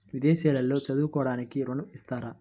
విదేశాల్లో చదువుకోవడానికి ఋణం ఇస్తారా?